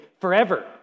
forever